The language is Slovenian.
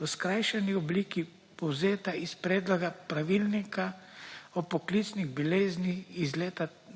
v skrajšani obliki povzeta iz predloga pravilnika o poklicnih boleznih iz leta